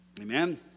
Amen